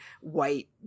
white